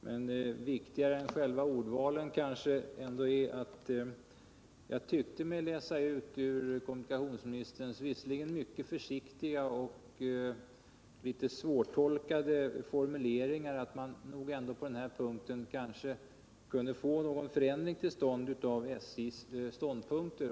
Men viktigare än ordvalet är måhända ändå att jag ur kommunikationsministerns formuleringar tyckte mig kunna läsa ut att vi kanske kan räkna med någon förändring i SJ:s ståndpunkter.